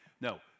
No